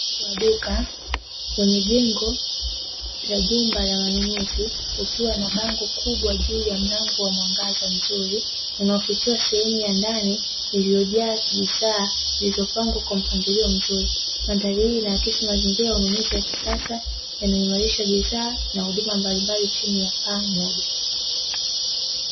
Duka kwenye jengo la jumba la wanunuzi, kukiwa na bango kubwa juu ya mlango wa mwangaza mzuri unaofichua sehemu ya ndani, iliyojaa bidhaa zilizopangwa kwa mpangilio mzuri. Mandhari hii inaakisi mazingira ya kisasa yanayoimarisha bidhaa na huduma mbalimbali chini ya paa moja.